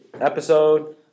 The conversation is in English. episode